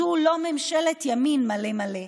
זו לא ממשלת ימין מלא מלא,